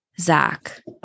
Zach